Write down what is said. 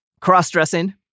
Cross-dressing